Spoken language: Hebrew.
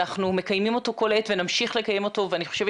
אנחנו מקיימים אותו כל העת ונמשיך לקיים אותו ואני חושבת